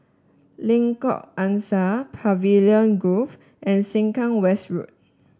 Lengkok Angsa Pavilion Grove and Sengkang West Road